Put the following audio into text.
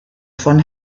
von